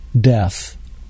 death